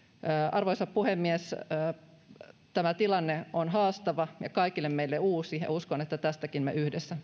arvoisa puhemies tämä tilanne on haastava ja kaikille meille uusi ja uskon että tästäkin me yhdessä